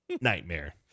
Nightmare